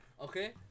Okay